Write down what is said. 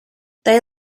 they